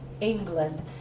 England